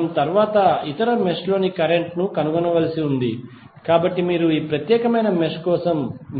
మనము తరువాత ఇతర మెష్ లోని కరెంటును కనుగొనవలసి ఉంది కాబట్టి మీరు ఈ ప్రత్యేకమైన మెష్ కోసం